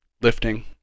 lifting